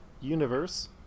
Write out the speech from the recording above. universe